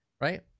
Right